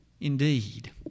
Indeed